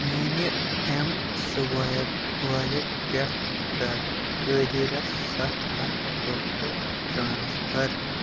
میٛانہِ اٮ۪م swipe wallet پٮ۪ٹھ کَر قٲدیٖرس سَتھ ہَتھ رۄپیہِ ٹرٛانَسفر